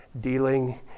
dealing